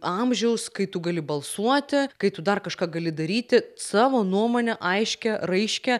amžiaus kai tu gali balsuoti kai tu dar kažką gali daryti savo nuomonę aiškią raiškią